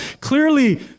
Clearly